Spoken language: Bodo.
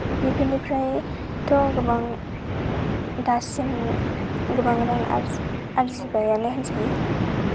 बेफोरनिफ्रायथ' गोबां दासिम गोबां रां आरजिबायानो होनजायो